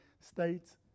states